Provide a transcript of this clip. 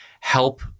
help